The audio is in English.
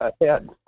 ahead